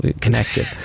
connected